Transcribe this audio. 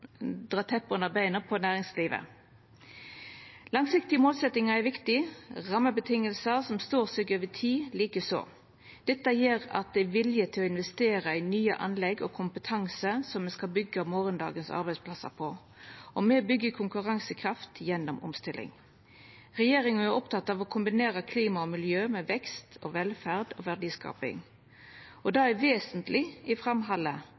under beina på næringslivet. Langsiktige målsetjingar er viktige – det same med rammevilkår som står seg over tid. Dette gjer at det er vilje til å investera i nye anlegg og kompetanse som me skal byggja morgondagens arbeidsplassar på. Me byggjer konkurransekraft gjennom omstilling. Regjeringa er oppteken av å kombinera klima og miljø med vekst, velferd og verdiskaping. Det er vesentleg i framhaldet,